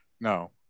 No